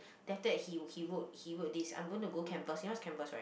then after that he he wrote he wrote this I'm gonna go canvass you know what's canvass right